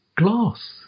glass